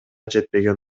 жетпеген